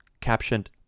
captioned